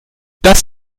das